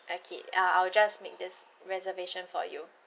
okay I'll I'll just make this reservation for you